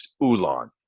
Ulan